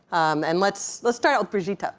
and let's let's start out with brigitte. ah